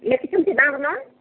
ଲେଖିଛନ୍ତି ନା ଆପଣ